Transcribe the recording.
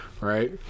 right